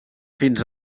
fins